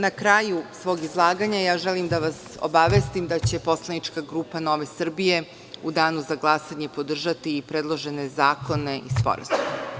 Na kraju svog izlaganja želim da vas obavestim da će poslanička grupa Nove Srbije u danu za glasanje podržati i predložene zakone i sporazume.